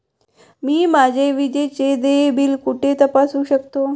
मी माझे विजेचे देय बिल कुठे तपासू शकते?